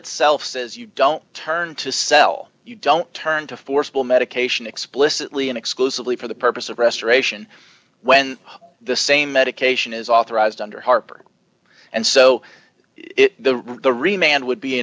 itself says you don't turn to sell you don't turn to forcible medication explicitly and exclusively for the purpose of restoration when the same medication is authorized under harper and so it remained would be